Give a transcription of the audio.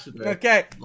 Okay